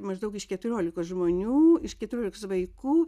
maždaug iš keturiolikos žmonių iš keturiolikos vaikų